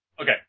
Okay